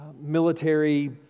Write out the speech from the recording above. military